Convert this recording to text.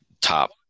top